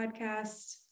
podcast